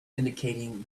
indicating